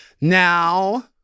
Now